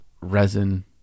resin